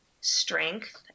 strength